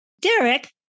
Derek